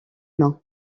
mains